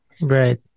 Right